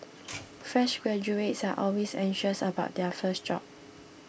fresh graduates are always anxious about their first job